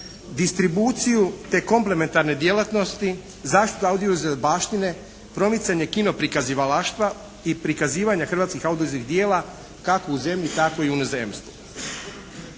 distribuciju te komplementarne djelatnosti, zaštitu audiovizualne baštine, promicanje kinoprikazivalaštva i prikazivanja hrvatskih audiovizualnih dijela kako u zemlji tako i u inozemstvu.